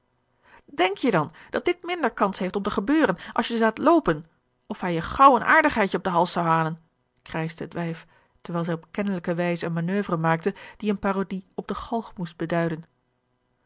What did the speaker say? denk je dan dat dit minder kans heeft om te gebeuren als je ze laat loopen of hij je gaauw een aardigheidje op den hals zou halen krijschte het wijf terwijl zij op kennelijke wijze een manoeuvre maakte die eene parodie op de galg moest beduiden